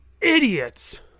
idiots